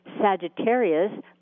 Sagittarius